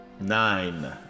Nine